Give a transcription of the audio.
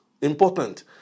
important